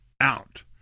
out